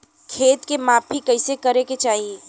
खेत के माफ़ी कईसे करें के चाही?